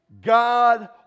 God